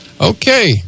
Okay